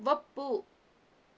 ಒಪ್ಪು